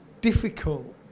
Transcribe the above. difficult